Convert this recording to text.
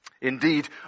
Indeed